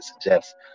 suggest